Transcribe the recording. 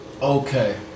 Okay